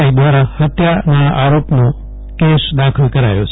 આઈ દ્રારા ફત્યાના આરોપ ફૈઠળ કેસ દાખલ કરાયો છે